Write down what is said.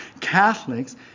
Catholics